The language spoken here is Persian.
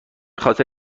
خاطر